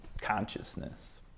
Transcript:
consciousness